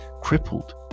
crippled